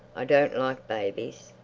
i don't like babies.